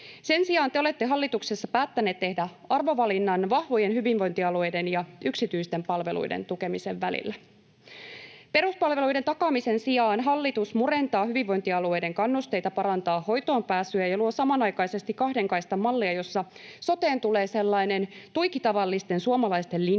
Sen sijaan te olette hallituksessa päättäneet tehdä arvovalinnan vahvojen hyvinvointialueiden ja yksityisten palveluiden tukemisen välillä. Peruspalveluiden takaamisen sijaan hallitus murentaa hyvinvointialueiden kannusteita parantaa hoitoonpääsyä ja luo samanaikaisesti kahden kaistan mallia, jossa soteen tulee sellainen tuiki tavallisten suomalaisten linja,